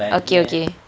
okay okay